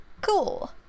Cool